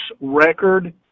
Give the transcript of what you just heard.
record